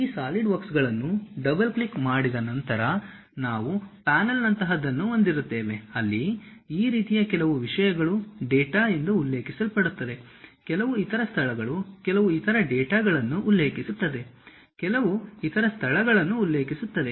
ಈ ಸಾಲಿಡ್ವರ್ಕ್ಗಳನ್ನು double click ಮಾಡಿದ ನಂತರ ನಾವು ಪ್ಯಾನಲ್ ನಂತಹದನ್ನು ಹೊಂದಿರುತ್ತೇವೆ ಅಲ್ಲಿ ಈ ರೀತಿಯ ಕೆಲವು ವಿಷಯಗಳು ಡೇಟಾ ಎಂದು ಉಲ್ಲೇಖಿಸಲ್ಪಡುತ್ತವೆ ಕೆಲವು ಇತರ ಸ್ಥಳಗಳು ಕೆಲವು ಇತರ ಡೇಟಾಗಳನ್ನು ಉಲ್ಲೇಖಿಸುತ್ತದೆ ಕೆಲವು ಇತರ ಸ್ಥಳಗಳನ್ನು ಉಲ್ಲೇಖಿಸಲಾಗುತ್ತದೆ